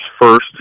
first